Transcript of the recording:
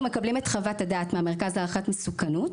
אנחנו מקבלים את חוות הדעת מהמרכז להערכת מסוכנות